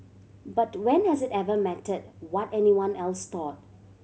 but when has it ever mattered what anyone else thought